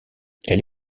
elle